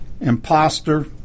imposter